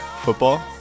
football